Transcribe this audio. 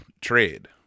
trade